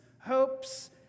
hopes